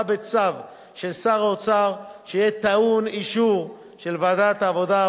בצו של שר האוצר שיהיה טעון אישור של ועדת העבודה,